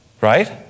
Right